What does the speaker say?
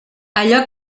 allò